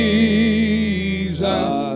Jesus